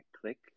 click